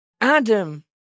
Adam